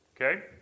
Okay